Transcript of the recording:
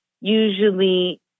usually